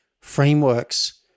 frameworks